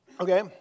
Okay